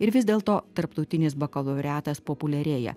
ir vis dėlto tarptautinis bakalaureatas populiarėja